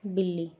ਬਿੱਲੀ